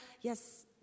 Yes